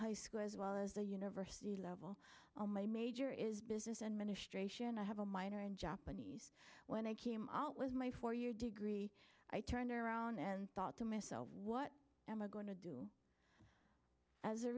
high school as well as the university level all my major is business administration i have a minor in japanese when i came out was my four year degree i turned around and thought to myself what am i going to do as a